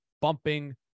bumping